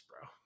bro